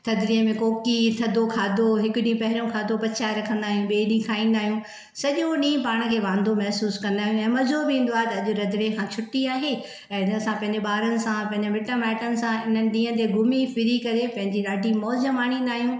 थदड़ीअ में कोकि थदो खाधो हिक ॾींहुं पेहिरियों खाधो पचाए रखन्दा आहियूं ॿे ॾींहुं खाईंदा आहियूं सॼो ॾींहुं पाण खे वांदो महसूस कंदा आहियूं ऐं अज़ो बि ईंदो आ त अॼु रंधिणे खां छुटी आहे ऐं हिन सां पंहिंंजे ॿारनि सां पंहिंंजे मिट माईटनि सां इननि ॾींहनि ते घुमी फिरी करे पंहिंजी ॾाढ़ी मोज माणीन्दा आहियूं